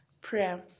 prayer